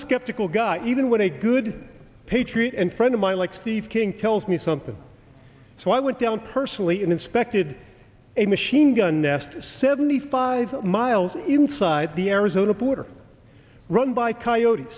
a skeptical guy even when a good patriot and friend of mine like steve king told me something so i went down personally inspected a machine a nest seventy five miles inside the arizona border run by coyote